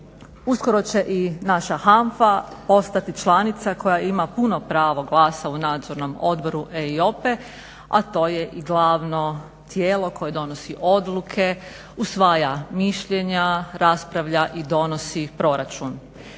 Uskoro će i naša HANFA postati članica koja ima puno pravo glasa u Nadzornom odboru EIOPA-e a to je i glavno tijelo koje donosi odluke, usvaja mišljenja, raspravlja i donosi proračun.